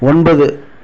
ஒன்பது